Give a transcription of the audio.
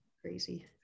crazy